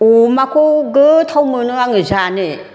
अमाखौ गोथाव मोनो आङो जानो